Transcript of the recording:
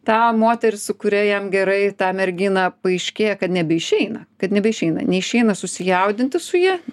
tą moterį su kuria jam gerai tą merginą paaiškėja kad nebeišeina kad nebeišeina neišeina susijaudinti su ja